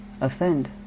offend